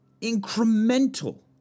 incremental